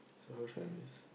so much at risk